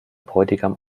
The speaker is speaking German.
bräutigam